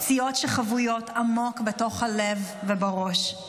פציעות שחבויות עמוק בתוך הלב ובראש,